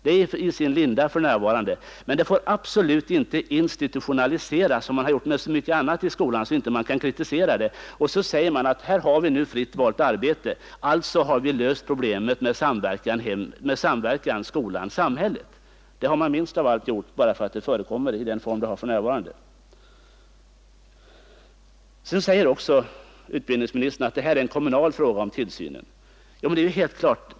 Det är i sin linda för närvarande. Men det får absolut inte institutionaliseras, som man har gjort med så mycket annat i skolan, så att man inte kan kritisera det. Man får inte säga att eftersom vi har fritt valt arbete, har vi därmed löst problemet med samverkan mellan skolan och samhället. Det har man minst av allt gjort bara för att det förekommer i den form det har för närvarande. Vidare säger utbildningsministern att frågan om tillsynen är en kommunal fråga. Det är alldeles klart.